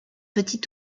petits